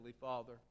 father